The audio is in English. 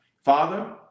Father